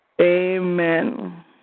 Amen